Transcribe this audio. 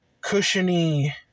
cushiony